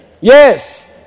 Yes